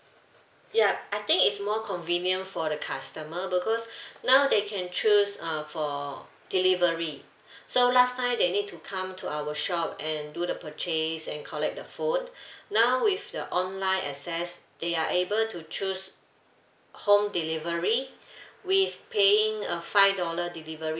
ya I think it's more convenient for the customer because now they can choose uh for delivery so last time they need to come to our shop and do the purchase and collect the phone now with the online access they are able to choose home delivery with paying a five dollar delivery